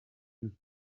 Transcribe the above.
use